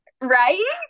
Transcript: right